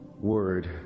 word